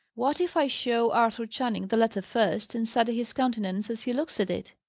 what, if i show arthur channing the letter first, and study his countenance as he looks at it?